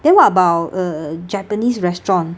then what about uh japanese restaurant